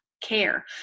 care